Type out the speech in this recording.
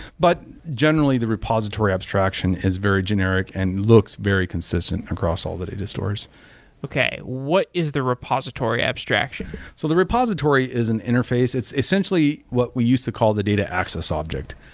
but generally, the repository abstraction is very generic and looks very consistent across all the data stores okay. what is the repository abstraction? so the repository is an interface. it's essentially what we used to call the data access object.